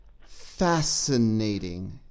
fascinating